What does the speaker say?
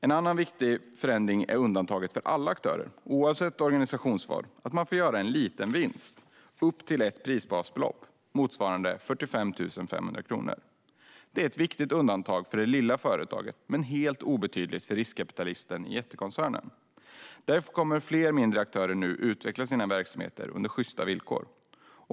En annan viktig förändring är undantaget för alla aktörer oavsett organisationsform att få göra en liten vinst på upp till ett prisbasbelopp, motsvarande 45 500 kronor. Det är ett viktigt undantag för det lilla företaget men helt obetydligt för riskkapitalisten i jättekoncernen. Därför kommer fler mindre aktörer nu att kunna utveckla sina verksamheter under sjysta villkor.